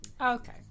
Okay